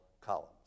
columns